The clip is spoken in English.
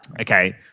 Okay